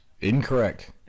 Incorrect